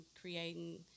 creating